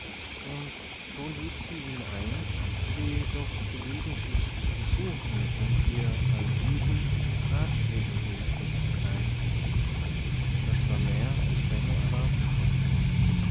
und so lud sie ihn ein sie doch gelegentlich zu besuchen und ihr beim üben mit ratschlägen behilflich zu sein das war mehr als benno erwarten konnte